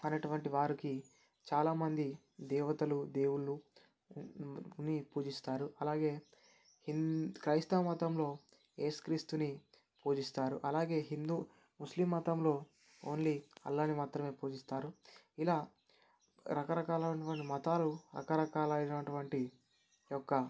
అనేటటువంటి వారికి చాలా మంది దేవతలు దేవుళ్ళు ని పూజిస్తారు అలాగే క్రైస్తవ మతంలో ఏసుక్రీస్తుని పూజిస్తారు అలాగే హిందూ ముస్లిం మతంలో ఓన్లీ అల్లాహ్ని మాత్రమే పూజిస్తారు ఇలా రకరకాల అయినటువంటి మతాలు రకరకాల అయినటువంటి యొక్క